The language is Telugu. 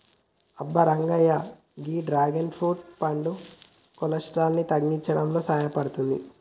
అబ్బ రంగయ్య గీ డ్రాగన్ ఫ్రూట్ పండు కొలెస్ట్రాల్ ని తగ్గించడంలో సాయపడతాది